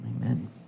Amen